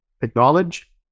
Acknowledge